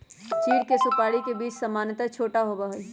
चीड़ के सुपाड़ी के बीज सामन्यतः छोटा होबा हई